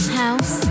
house